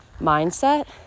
mindset